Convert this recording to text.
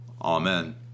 Amen